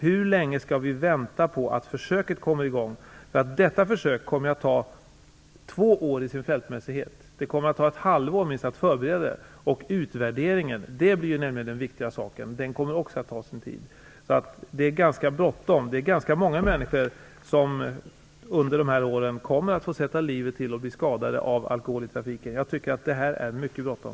Hur länge skall vi vänta på att försöket skall komma i gång? Detta försök kommer att ta två år i sin fältmässighet, det kommer att ta minst ett halvår att förbereda, och utvärderingen - det är ju det viktiga - kommer också att ta sin tid. Det är alltså ganska bråttom. Det är ganska många människor som under de här åren kommer att få sätta livet till och bli skadade av alkohol i trafiken. Jag anser därför att det är mycket bråttom.